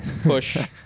push